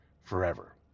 forever